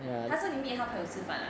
他真的 meet 他朋友吃饭啊